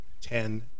ten